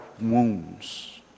wounds